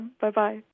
Bye-bye